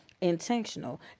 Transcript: intentional